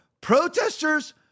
protesters